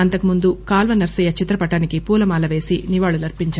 అంతకుముందు కాల్వ నర్పయ్య చిత్రపటానికి పూలమాల పేసి నివాళులర్పించారు